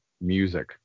music